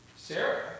Sarah